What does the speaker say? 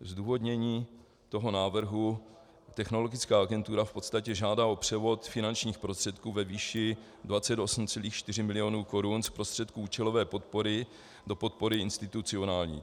Zdůvodnění návrhu: Technologická agentura v podstatě žádá o převod finančních prostředků ve výši 28,4 mil. korun z prostředků účelové podpory do podpory institucionální.